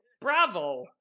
Bravo